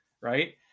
right